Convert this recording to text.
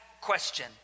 question